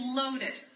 loaded